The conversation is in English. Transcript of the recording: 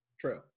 True